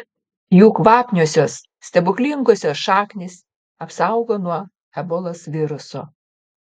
jų kvapniosios stebuklingosios šaknys apsaugo nuo ebolos viruso